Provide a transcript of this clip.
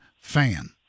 fan